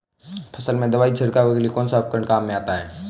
फसल में दवाई छिड़काव के लिए कौनसा उपकरण काम में आता है?